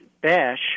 Bash